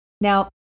Now